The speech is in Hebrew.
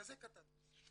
כזה קטן,